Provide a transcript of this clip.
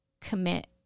commit